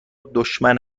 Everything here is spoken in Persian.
دشمن